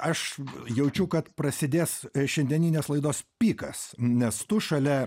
aš jaučiau kad prasidės šiandieninės laidos pikas nes tu šalia